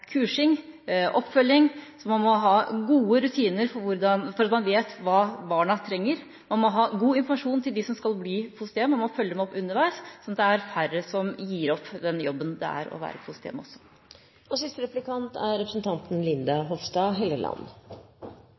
kursing og oppfølging, og så må man ha gode rutiner, slik at man vet hva barna trenger, og man må gi god informasjon til dem som skal bli et fosterhjem. Og man må følge dem opp underveis, slik at det er færre som gir opp den jobben det er å være